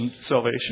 salvation